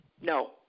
No